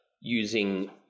using